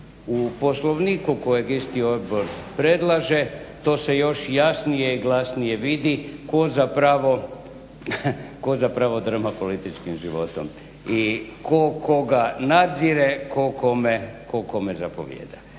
U Poslovniku kojeg isti odbor predlaže to se još jasnije i glasnije vidi tko zapravo drma političkim životom i tko koga nadzire, tko kome zapovijeda.